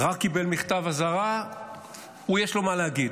רק קיבל מכתב אזהרה, הוא, יש לו מה להגיד.